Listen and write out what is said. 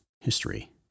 history